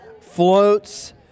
floats